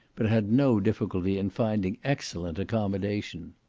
but had no difficulty in finding excellent accommodation.